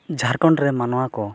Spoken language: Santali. ᱡᱷᱟᱲᱠᱷᱚᱸᱰ ᱨᱮ ᱢᱟᱱᱣᱟ ᱠᱚ